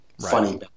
funny